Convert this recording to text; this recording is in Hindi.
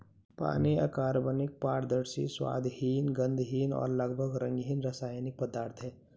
पानी अकार्बनिक, पारदर्शी, स्वादहीन, गंधहीन और लगभग रंगहीन रासायनिक पदार्थ है